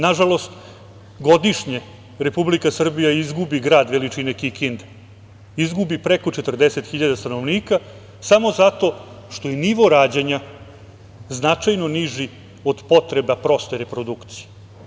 Nažalost, godišnje Republika Srbija izgubi grad veličine Kikinde, izgubi preko 40.000 stanovnika samo zato što je nivo rađanja značajno niži od potreba proste reprodukcije.